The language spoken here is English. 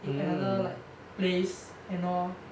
in another like place and all